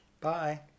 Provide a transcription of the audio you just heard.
Bye